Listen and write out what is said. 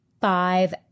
five